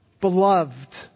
beloved